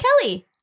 Kelly